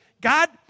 God